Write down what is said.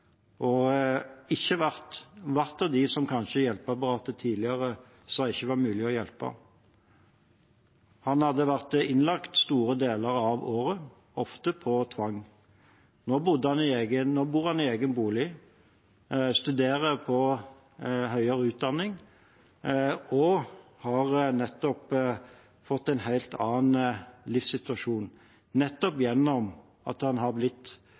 men ikke vært blant dem som hjelpeapparatet kanskje tidligere sa det ikke var mulig å hjelpe. Han hadde vært innlagt store deler av året, ofte på tvang. Nå bor han i egen bolig, tar høyere utdanning og har fått en helt annen livssituasjon – nettopp gjennom at han